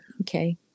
okay